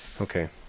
Okay